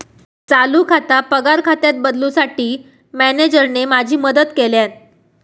चालू खाता पगार खात्यात बदलूंसाठी मॅनेजरने माझी मदत केल्यानं